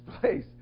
place